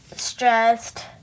stressed